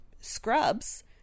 Scrubs